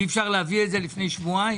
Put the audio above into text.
אי אפשר להביא את זה לפני שבועיים?